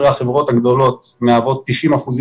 10 החברות הגדולות מהוות 90 אחוזים